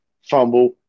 fumble